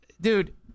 dude